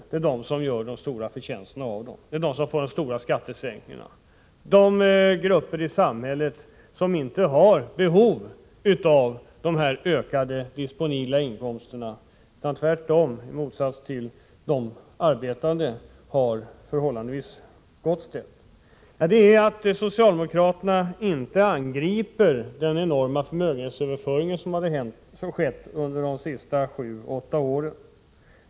Det är de som gör de stora förtjänsterna i detta avseende. Det är de som får de stora skattesänkningarna. Denna grupp i samhället har inte behov av sådana ökade disponibla inkomster, tvärtom. I motsats till de arbetande har de förhållandevis gott ställt. Vad jag menar är att socialdemokraterna inte angriper problemet med den enorma förmögenhetsöverföring som skett under de senaste sju åtta åren.